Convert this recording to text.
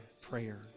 prayer